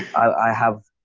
i have,